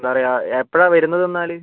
എപ്പോഴാണ് വരുന്നത് എന്നാൽ